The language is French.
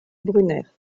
brunner